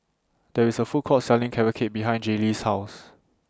There IS A Food Court Selling Carrot Cake behind Jaylee's House